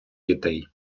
дітей